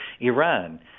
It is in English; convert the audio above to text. iran